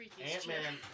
ant-man